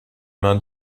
mains